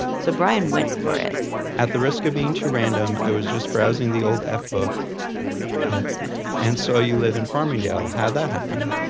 so brian went for it at the risk of being too random, i was just browsing the old f-book very hip and saw you live in farmingdale. how'd that happen?